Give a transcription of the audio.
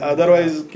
Otherwise